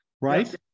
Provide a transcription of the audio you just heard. Right